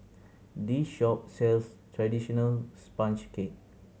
this shop sells traditional sponge cake